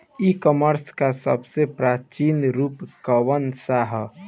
ई कॉमर्स क सबसे प्रचलित रूप कवन सा ह?